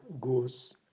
goes